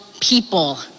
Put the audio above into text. people